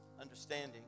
understanding